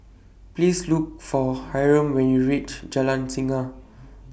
Please Look For Hyrum when YOU REACH Jalan Singa